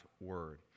word